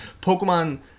Pokemon